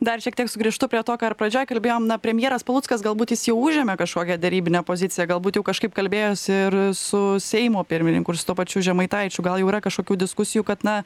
dar šiek tiek sugrįžtu prie to ką ir pradžioj kalbėjom na premjeras paluckas galbūt jis jau užėmė kažkokią derybinę poziciją galbūt jau kažkaip kalbėjosi ir su seimo pirmininku ir su tuo pačiu žemaitaičiu gal jau yra kažkokių diskusijų kad na